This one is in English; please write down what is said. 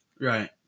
Right